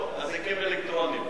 אזיקים אלקטרוניים.